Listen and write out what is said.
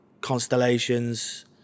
Constellations